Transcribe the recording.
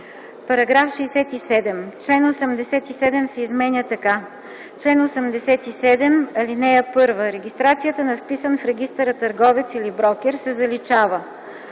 срок.” § 67. Член 87 се изменя така: „Чл. 87. (1) Регистрацията на вписан в регистъра търговец или брокер се заличава: